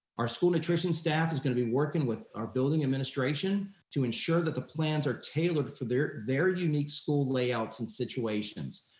our school nutrition staff is gonna be working with our building administration to ensure that the plans are tailored for their their unique school layouts and situations.